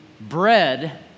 bread